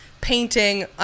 painting